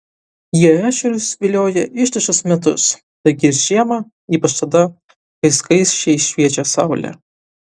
jie ešerius vilioja ištisus metus taigi ir žiemą ypač tada kai skaisčiai šviečia saulė